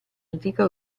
antica